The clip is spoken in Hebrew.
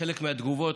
חלק מהתגובות,